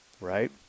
right